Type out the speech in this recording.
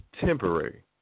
temporary